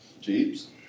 jeeps